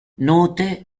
note